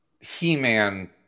He-Man